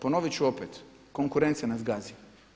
Ponovit ću opet, konkurencija nas gazi.